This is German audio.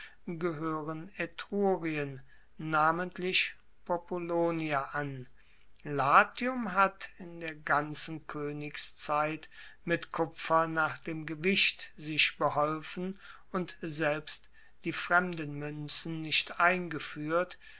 gehoeren etrurien namentlich populonia an latium hat in der ganzen koenigszeit mit kupfer nach dem gewicht sich beholfen und selbst die fremden muenzen nicht eingefuehrt